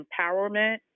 empowerment